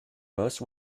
most